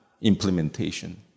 implementation